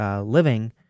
living